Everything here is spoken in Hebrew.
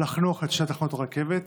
לחנוך את שתי תחנות הרכבת,